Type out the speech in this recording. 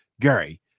Gary